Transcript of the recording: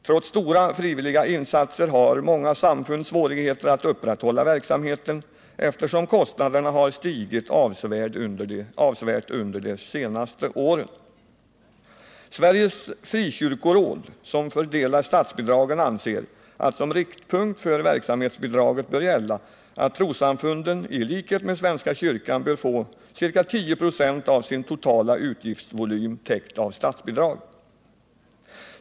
Trots stora frivilliga insatser har många samfund svårigheter att upprätthålla verksamheten, eftersom kostnaderna har stigit avsevärt under de senaste åren. Sveriges frikyrkoråd, som fördelar statsbidragen, anser att som riktpunkt för verksamhetsbidraget bör gälla att trossamfunden i likhet med svenska kyrkan bör få ca 10 96 av sin totala utgiftsvolym täckt av statsbidrag.